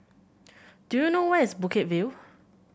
do you know where is Bukit View